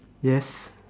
yes